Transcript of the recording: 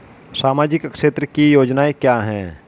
सामाजिक क्षेत्र की योजनाएं क्या हैं?